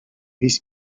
his